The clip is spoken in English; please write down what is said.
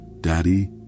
Daddy